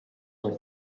were